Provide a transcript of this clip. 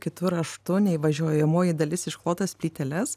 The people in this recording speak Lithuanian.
kitu raštu nei važiuojamoji dalis išklotas plyteles